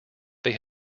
they